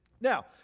Now